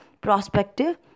prospective